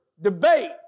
debate